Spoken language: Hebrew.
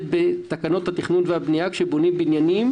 בתקנות התכנון והבנייה כשבונים בניינים,